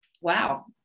wow